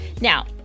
now